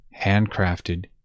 handcrafted